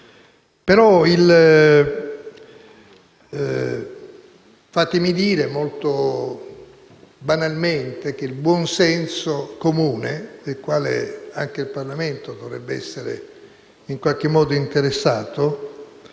Fatemi dire, molto banalmente, che il buon senso comune, dal quale anche il Parlamento dovrebbe essere in qualche modo interessato,